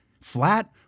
flat